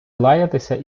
лаятися